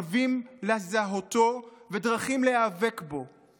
קווים לדמותו ודרכים להיאבק בו".